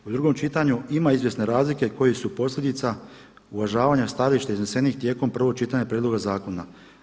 U drugom čitanju ima izvjesne razlike koje su posljedica uvažavanja stajališta iznesenih tijekom prvog čitanja prijedloga zakona.